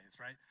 right